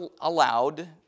allowed